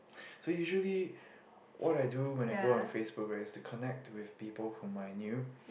so usually what I do when I go on Facebook right is to connect with people whom I knew